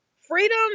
freedom